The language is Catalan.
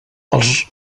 els